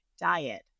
diet